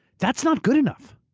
that's not good enough.